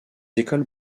écoles